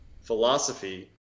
philosophy